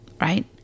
right